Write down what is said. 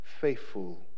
faithful